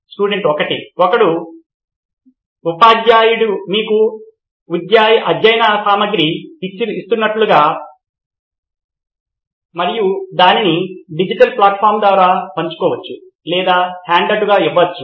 student 1 ఒక ఉపాధ్యాయుడు మీకు అధ్యయన సామగ్రి ఇస్తున్నట్లుగా మరియు దానిని డిజిటల్ ప్లాట్ఫాం ద్వారా పంచుకోవచ్చు లేదా హ్యాండ్అవుట్గా ఇవ్వవచ్చు